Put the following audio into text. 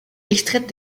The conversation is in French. extraite